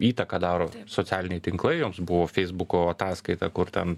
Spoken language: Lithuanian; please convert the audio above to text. įtaką daro socialiniai tinklai joms buvo feisbuko ataskaita kur ten